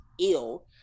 ill